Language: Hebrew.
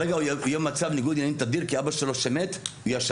הוא יהיה במצב ניגוד עניינים תדיר כי אבא שלו שמת יהיה שם.